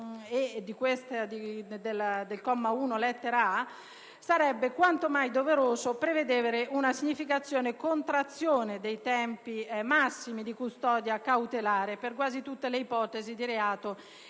2, comma 1, lettera *a)*, sarebbe quanto mai doveroso prevedere una significativa contrazione dei tempi massimi di custodia cautelare per quasi tutte le ipotesi di reato